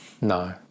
No